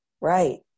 Right